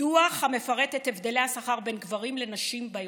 דוח המפרט את הבדלי השכר בין גברים לנשים בארגון.